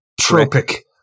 tropic